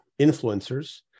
influencers